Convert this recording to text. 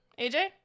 Aj